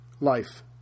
life